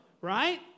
right